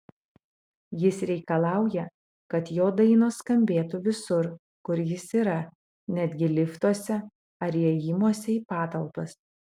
jis reikalauja kad jo dainos skambėtų visur kur jis yra netgi liftuose ar įėjimuose į patalpas